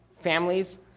families